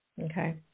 Okay